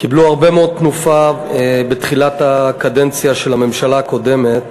קיבלו הרבה מאוד תנופה בתחילת הקדנציה של הממשלה הקודמת,